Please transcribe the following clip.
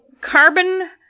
carbon